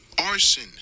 arson